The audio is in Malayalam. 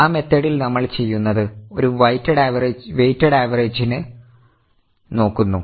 ആ മെത്തേഡിൽ നമ്മൾ ചെയ്യുന്നത് ഒരു വൈറ്റഡ് ആവറേജിന് നോക്കുന്നു